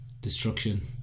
Destruction